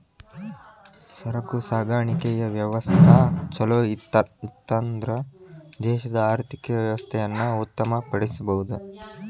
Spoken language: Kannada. ಸರಕು ಸಾಗಾಣಿಕೆಯ ವ್ಯವಸ್ಥಾ ಛಲೋಇತ್ತನ್ದ್ರ ದೇಶದ ಆರ್ಥಿಕ ವ್ಯವಸ್ಥೆಯನ್ನ ಉತ್ತಮ ಪಡಿಸಬಹುದು